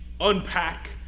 unpack